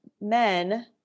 men